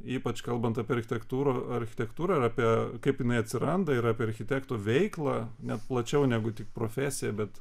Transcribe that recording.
ypač kalbant apie architektūrą architektūrą ar apie kaip jinai atsiranda ir apie architektų veiklą net plačiau negu tik profesija bet